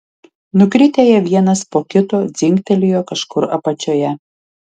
nukritę jie vienas po kito dzingtelėjo kažkur apačioje